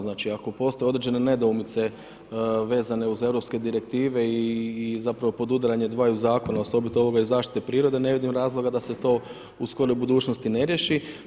Znači ako postoje određene nedoumice vezane uz europske direktive i zapravo podudaranje dvaju zakona osobito ovom iz zaštite prirode ne vidim razloga da se to u skoroj budućnosti ne riješi.